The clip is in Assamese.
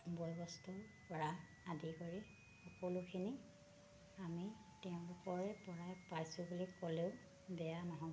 বয়বস্তুৰ পৰা আদি কৰি সকলোখিনি আমি তেওঁলোকৰে পৰাই পাইছোঁ বুলি ক'লেও বেয়া নহ'ব